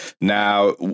Now